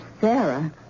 Sarah